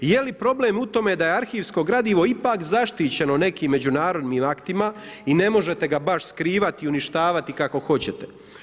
Je li problem u tome da je arhivsko gradivo ipak zaštićeno nekim međunarodnim aktima i ne možete ga baš skrivati i uništavati kako hoćete.